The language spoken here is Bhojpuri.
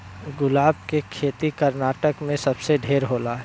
गुलाब के खेती कर्नाटक में सबसे ढेर होला